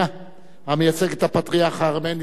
המייצג את הפטריארך הארמני לענייני חוץ,